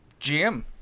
GM